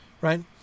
right